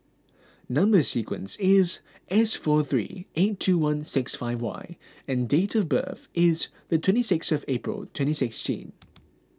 Number Sequence is S four three eight two one six five Y and date of birth is the twenty sixth of April twenty sixteen